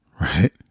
right